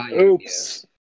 Oops